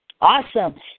Awesome